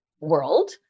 world